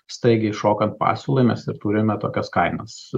staigiai šokant pasiūlai mes ir turime tokias kainas